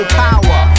power